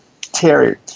Terry